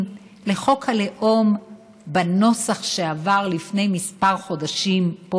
לחוק הלאום בנוסח שעבר לפני כמה חודשים פה,